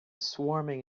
swarming